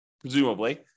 presumably